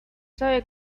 sabe